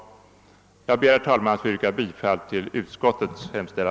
Jag ber, herr talman, att få yrka bifall till utskottets hemställan.